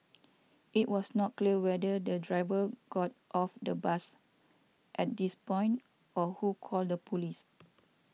it was not clear whether the driver got off the bus at this point or who called the police